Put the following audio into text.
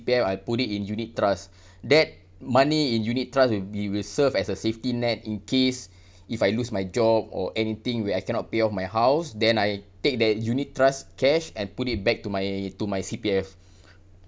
I put it in unit trust that money in unit trust will be will serve as a safety net in case if I lose my job or anything where I cannot pay off my house then I take that unit trust cash and put it back to my to my C_P_F